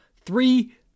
three